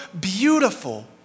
beautiful